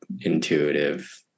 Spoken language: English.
intuitive